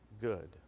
good